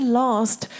lost